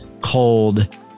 cold